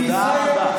תודה רבה.